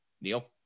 Neil